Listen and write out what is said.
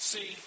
See